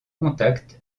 contacts